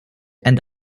and